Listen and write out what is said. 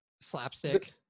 slapstick